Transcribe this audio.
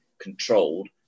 controlled